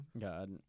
God